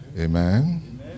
Amen